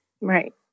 Right